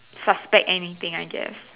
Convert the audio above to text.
suspect anything I guess